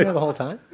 yeah the whole time?